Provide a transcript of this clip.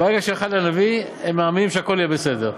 ברגע שהלכה אל הנביא, הם מאמינים שהכול בסדר.